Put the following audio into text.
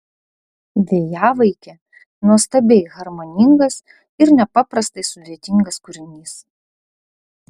vėjavaikė nuostabiai harmoningas ir nepaprastai sudėtingas kūrinys